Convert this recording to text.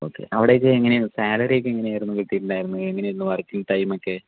okay അവിടെയൊക്കെ എങ്ങനെയാ സാലറിയൊക്കെ എങ്ങനെയായിരുന്നു കിട്ടീട്ടുണ്ടായിരുന്നത് എങ്ങനെയായിരുന്നു വർക്കിംഗ് ടൈമൊക്കെ